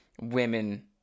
women